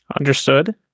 understood